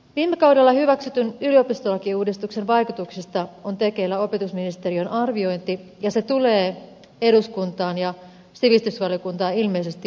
viime kaudella hyväksytyn yliopistolakiuudistuksen vaikutuksista on tekeillä opetusministeriön arviointi ja se tulee eduskuntaan ja sivistysvaliokuntaan ilmeisesti jo ensi keväänä